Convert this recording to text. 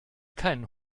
keinen